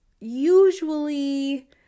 usually